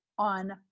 On